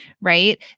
Right